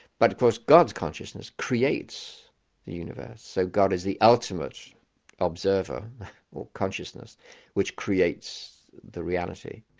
but of course god's consciousness creates the universe, so god is the ultimate observer or consciousness which creates the reality.